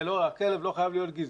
הכלב לא חייב להיות גזעי.